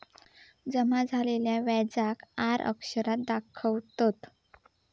जमा झालेल्या व्याजाक आर अक्षरात दाखवतत